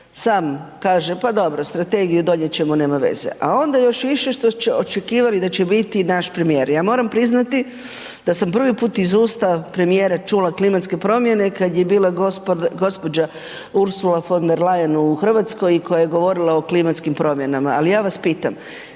sam kaže, pa dobro strategiju donijet ćemo, nema veze. A onda još više što ste očekivali da će biti naš premijer. Ja moram priznati da sam prvi put iz usta premijera čula klimatske promjene kad je bila gđa. Ursula von der Leyen u RH i koja je govorila o klimatskim promjenama. Ali ja vas pitam,